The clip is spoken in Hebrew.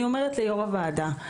אני אומרת ליושבת-ראש הוועדה,